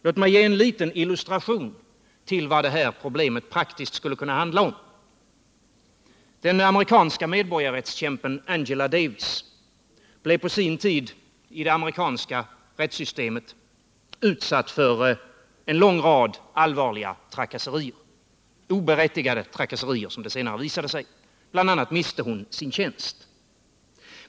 Låt mig ge en liten illustration till vad det här problemet praktiskt skulle kunna handla om. Den amerikanska medborgarrättskämpen Angela Davis blev på sin tid utsatt för en lång rad allvarliga trakasserier i det amerikanska rättssystemet — oberättigade trakasserier, som det senare visade sig. Bl. a. miste hon sin tjänst.